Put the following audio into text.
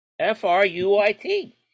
f-r-u-i-t